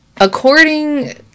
According